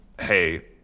hey